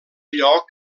lloc